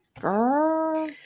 Girl